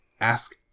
ask